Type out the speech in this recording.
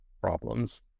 problems